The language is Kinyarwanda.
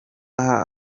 aha